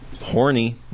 horny